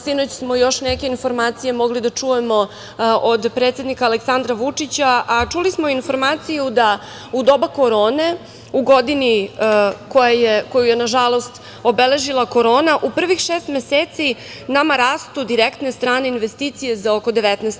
Sinoć smo još neke informacije mogli da čujemo od predsednik Aleksandra Vučića, a čuli smo informaciju da u doba korone, u godini koju je obeležila korona, u prvih šest meseci nama rastu direktne strane investicije za oko 19%